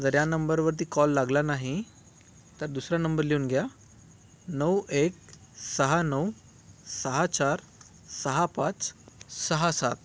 जर या नंबरवरती कॉल लागला नाही तर दुसरा नंबर लिहून घ्या नऊ एक सहा नऊ सहा चार सहा पाच सहा सात